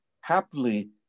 happily